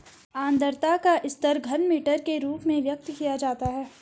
आद्रता का स्तर घनमीटर के रूप में व्यक्त किया जाता है